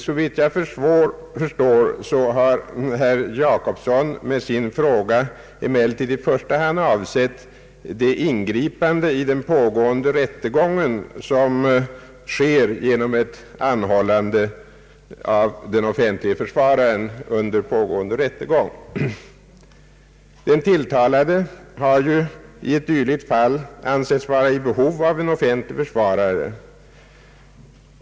Såvitt jag förstår, har herr Jacobsson med sin fråga emellertid i första hand avsett det ingripande i den pågående rättegången som sker genom ett anhållande av den offentlige försvararen medan rättegången pågår. Den tilltalade har ju i ett dylikt fall ansetts vara i behov av en offentlig försvarare.